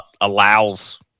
allows